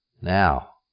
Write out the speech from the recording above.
Now